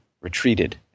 retreated